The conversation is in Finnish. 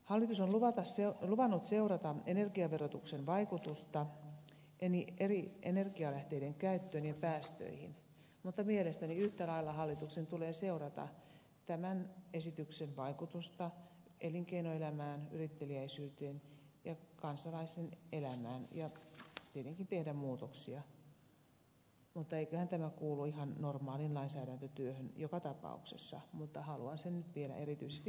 hallitus on luvannut seurata energiaverotuksen vaikutusta eri energialähteiden käyttöön ja päästöihin mutta mielestäni yhtä lailla hallituksen tulee seurata tämän esityksen vaikutusta elinkeinoelämään yritteliäisyyteen ja kansalaisen elämään ja tietenkin tehdä muutoksia eiköhän tämä kuulu ihan normaaliin lainsäädäntötyöhön joka tapauksessa mutta haluan sen nyt vielä erityisesti mainita